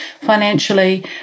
financially